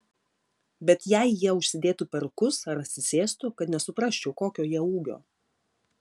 bet jei jie užsidėtų perukus ar atsisėstų kad nesuprasčiau kokio jie ūgio